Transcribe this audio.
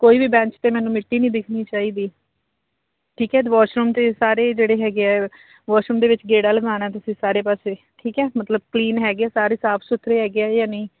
ਕੋਈ ਵੀ ਬੈਂਚ 'ਤੇ ਮੈਨੂੰ ਮਿੱਟੀ ਨਹੀਂ ਦਿੱਖਣੀ ਚਾਹੀਦੀ ਠੀਕ ਹੈ ਅਤੇ ਵਾਸ਼ਰੂਮ ਅਤੇ ਸਾਰੇ ਜਿਹੜੇ ਹੈਗੇ ਆ ਵਾਸ਼ਰੂਮ ਦੇ ਵਿੱਚ ਗੇੜਾ ਲਗਾਉਣਾ ਤੁਸੀਂ ਸਾਰੇ ਪਾਸੇ ਠੀਕ ਹੈ ਮਤਲਬ ਕਲੀਨ ਹੈਗੇ ਸਾਰੇ ਸਾਫ ਸੁਥਰੇ ਹੈਗੇ ਆ ਜਾਂ ਨਹੀਂ